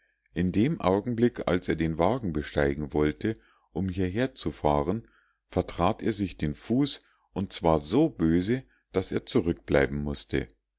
in dem augenblick als er den wagen besteigen wollte um hierher zu fahren vertrat er sich den fuß und zwar so böse daß er zurückbleiben mußte